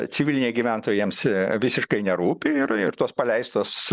civiliniai gyventojai jiems visiškai nerūpi ir ir tos paleistos